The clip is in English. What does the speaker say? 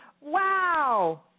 wow